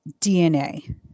DNA